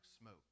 smoke